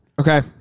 Okay